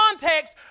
context